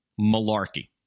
Malarkey